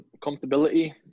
comfortability